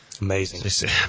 Amazing